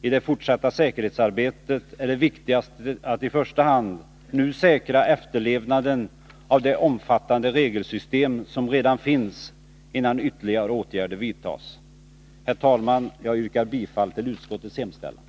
I det fortsatta säkerhetsarbetet är det viktigast att i första hand säkra efterlevnaden av det omfattande regelsystem som redan finns, innan ytterligare åtgärder vidtas. Herr talman! Jag yrkar bifall till utskottets hemställan.